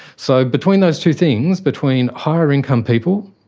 so between those two things, between higher income people,